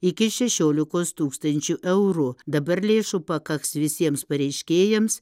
iki šešiolikos tūkstančių eurų dabar lėšų pakaks visiems pareiškėjams